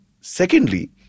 Secondly